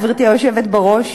גברתי היושבת בראש,